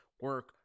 Work